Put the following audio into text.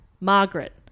Margaret